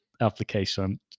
application